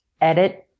edit